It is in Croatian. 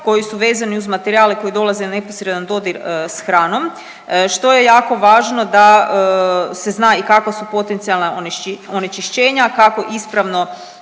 koji su vezani uz materijale koji dolaze u neposredan dodir s hranom što je jako važno da se zna i kakva su potencijalna onečišćenja, kako ispravno